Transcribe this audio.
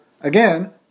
again